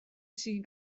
zien